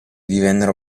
divennero